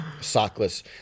sockless